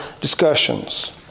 discussions